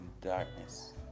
darkness